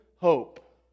hope